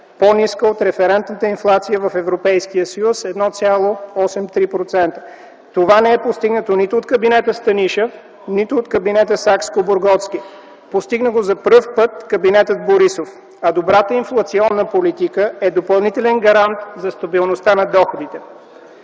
по-ниска от референтната инфлация в Европейския съюз – 1,83%. Това не е постигнато нито от кабинета Станишев, нито от кабинета Сакскобургготски, постигна го за пръв път кабинетът Борисов. Добрата инфлационна политика е допълнителен гарант за стабилността на доходите.